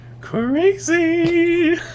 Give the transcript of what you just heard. Crazy